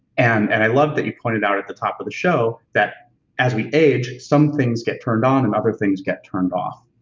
and and i love that you pointed out at the top of the show that as we age, some things get turned on and other things get turned off.